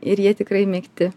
ir jie tikrai mėgti